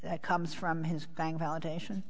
that comes from his gang validation